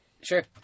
Sure